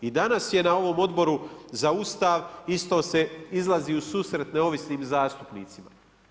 I danas je na ovom Odboru za Ustav, isto se izlazi u susret neovisnim zastupnicima.